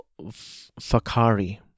fakari